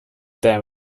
damn